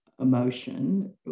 emotion